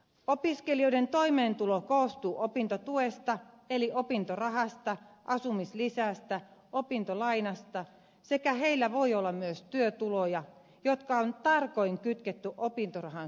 opiskelijoiden toimeentulo koostuu opintotuesta eli opintorahasta asumislisästä opintolainasta ja heillä voi olla myös työtuloja jotka on tarkoin kytketty opintorahan suuruuteen